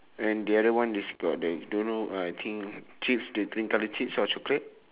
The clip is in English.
and the other one is got that don't know I think chips the green colour chips or chocolate